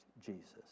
Jesus